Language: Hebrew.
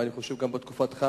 ואני חושב שגם בתקופתך,